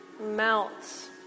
melt